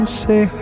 say